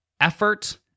effort